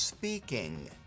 Speaking